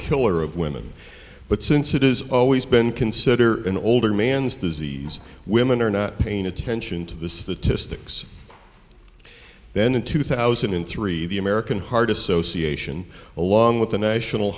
killer of women but since it has always been considered an older man's disease women are not paying attention to the statistics then in two thousand and three the american heart association along with the national